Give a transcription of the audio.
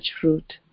fruit